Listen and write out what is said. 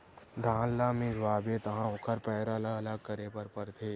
धान ल मिंजवाबे तहाँ ओखर पैरा ल अलग करे बर परथे